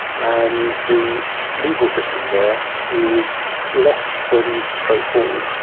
and the legal system there is less than straightforward,